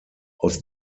aus